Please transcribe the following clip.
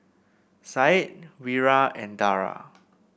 Syed Wira and Dara